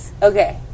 Okay